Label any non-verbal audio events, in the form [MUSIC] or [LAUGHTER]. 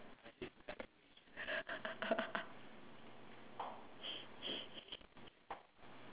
[LAUGHS]